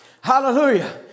Hallelujah